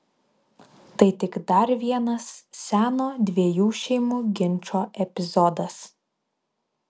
tai tik dar vienas seno dviejų šeimų ginčo epizodas